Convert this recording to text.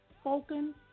spoken